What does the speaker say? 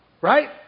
Right